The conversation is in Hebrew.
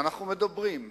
אנחנו מדברים,